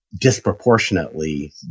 disproportionately